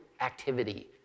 activity